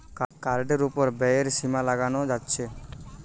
কার্ডের উপর ব্যয়ের সীমা লাগানো যাচ্ছে